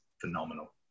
phenomenal